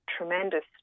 tremendous